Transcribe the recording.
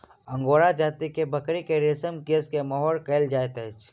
angora जाति के बकरी के रेशमी केश के मोहैर कहल जाइत अछि